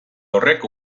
horrek